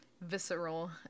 visceral